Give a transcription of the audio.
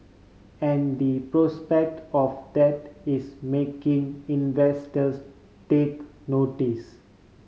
and the prospect of that is making investors take notice